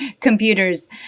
computers